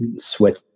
switch